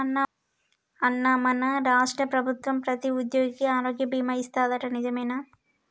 అన్నా మన రాష్ట్ర ప్రభుత్వం ప్రతి ఉద్యోగికి ఆరోగ్య బీమా ఇస్తాదట నిజమేనా